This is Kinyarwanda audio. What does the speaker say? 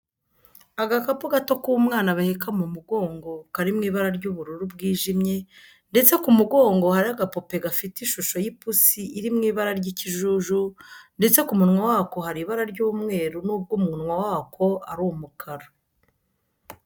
Agakapu gato k'umwana baheka mu mugongo kari mu ibara ry'ubururu bwijimye ndetse ku mugongo hariho agapupe gafite ishusho y'ipusi iri mu ibara ry'ikijuju ndetse ku munwa wako hari ibara ry'umweru nubwo umunwa wako ari umukara.